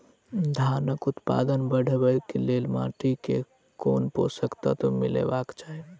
धानक उत्पादन बढ़ाबै लेल माटि मे केँ पोसक तत्व मिलेबाक चाहि?